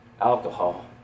alcohol